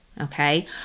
okay